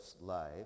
life